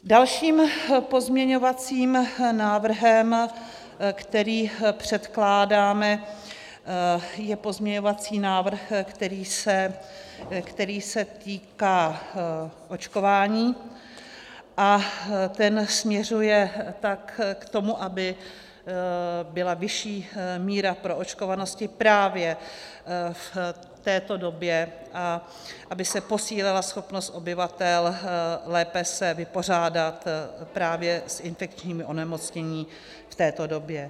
Dalším pozměňovacím návrhem, který předkládáme, je pozměňovací návrh, který se týká očkování, a ten směřuje k tomu, aby byla vyšší míra proočkovanosti právě v této době a aby se posílila schopnost obyvatel lépe se vypořádat právě s infekčními onemocněními v této době.